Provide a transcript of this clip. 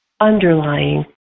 underlying